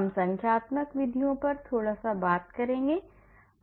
हम संख्यात्मक विधियों पर थोड़ा सा बात करेंगे